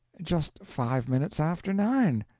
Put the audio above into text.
just five minutes after nine.